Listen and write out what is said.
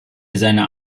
seiner